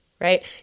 Right